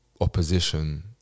opposition